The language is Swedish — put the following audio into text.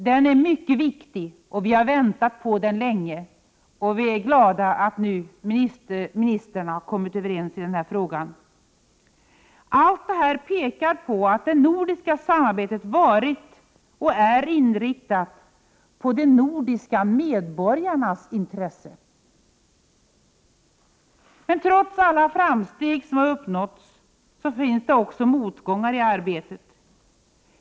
Den är mycket viktig, och vi har länge väntat på den. Vi är glada över att ministrarna nu har kommit överens i den här frågan. Allt detta pekar på att det nordiska samarbetet har varit och är inriktat på de nordiska medborgarnas intressen. Trots alla framsteg som har uppnåtts finns det också motgångar i arbetet.